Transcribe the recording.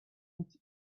nic